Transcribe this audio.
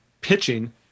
pitching